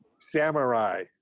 samurai